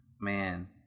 man